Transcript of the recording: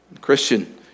Christian